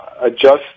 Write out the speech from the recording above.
adjust